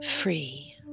free